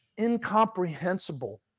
incomprehensible